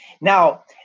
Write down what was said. Now